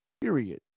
Period